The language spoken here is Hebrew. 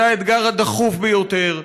זה האתגר הדחוף ביותר,